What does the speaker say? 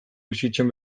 bizitzen